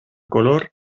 color